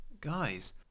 Guys